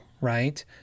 right